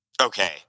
okay